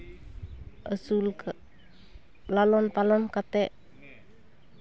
ᱟᱹᱥᱩᱞ ᱞᱟᱞᱚᱱ ᱯᱟᱞᱚᱱ ᱠᱟᱛᱮᱜ